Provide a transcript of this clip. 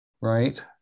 right